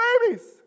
babies